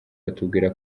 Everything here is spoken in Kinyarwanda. batubwira